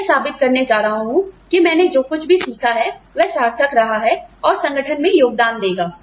मैं यह साबित करने जा रहा हूं कि मैंने जो कुछ भी सीखा है वह सार्थक रहा है और संगठन में योगदान देगा